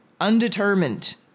undetermined